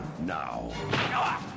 now